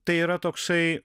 tai yra toksai